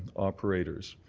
operators.